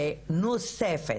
נוספת,